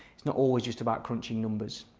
it's not always just about crunching numbers.